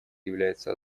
является